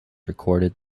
recorded